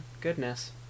goodness